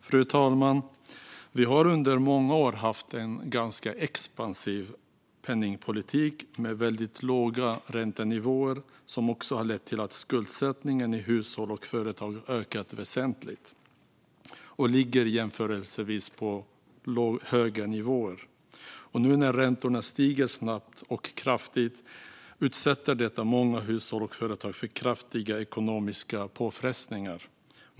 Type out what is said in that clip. Fru talman! Vi har under många år haft en ganska expansiv penningpolitik med väldigt låga räntenivåer, vilket också har lett till att skuldsättningen i hushåll och företag ökat väsentligt och ligger på jämförelsevis höga nivåer. Nu när räntorna stiger snabbt och kraftigt utsätter detta många hushåll och företag för kraftiga ekonomiska påfrestningar.